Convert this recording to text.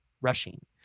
Rushing